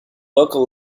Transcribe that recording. local